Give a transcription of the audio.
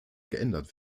geändert